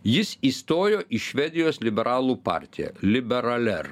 jis įstojo į švedijos liberalų partiją liberaler